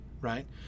right